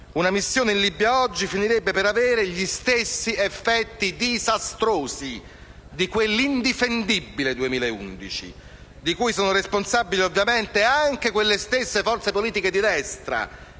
una missione in Libia finirebbe per avere gli stessi effetti disastrosi di quell'indifendibile 2011, di cui sono ovviamente responsabili anche quelle stesse forze politiche di destra